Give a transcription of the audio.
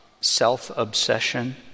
self-obsession